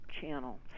channel